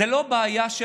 זו לא הבעיה של